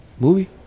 Movie